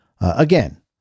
Again